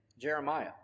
Jeremiah